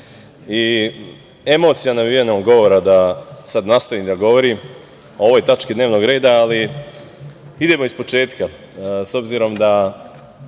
i emocijom nabijenog govora, da sad nastavim da govorim o ovoj tački dnevnog reda, ali, idemo iz početka.S obzirom da